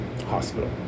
hospital